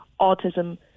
autism